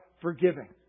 forgiving